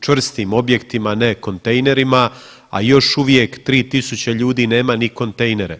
čvrstim objektima, ne kontejnerima, a još uvijek 3000 ljudi nema ni kontejnere.